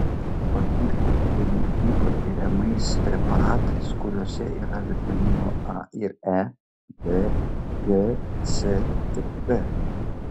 papildykite mitybą geriamais preparatais kuriuose yra vitaminų a ir e b k c ir p